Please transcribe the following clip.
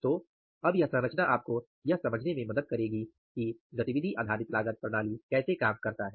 तो अब यह संरचना आपको यह समझने में मदद करेगी कि एबीसी कैसे काम करता है